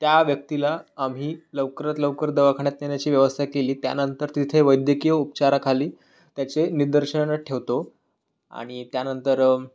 त्या व्यक्तीला आम्ही लवकरत लवकर दवाखान्यात नेण्याची व्यवस्था केली त्यानंतर तिथे वैद्यकीय उपचाराखाली त्याचे निदर्शनं ठेवतो आणि त्यानंतर